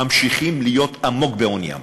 ממשיכות להיות עמוק בעוניין.